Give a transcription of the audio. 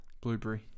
Blueberry